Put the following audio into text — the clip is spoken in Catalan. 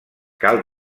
cal